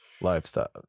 lifestyle